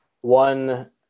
one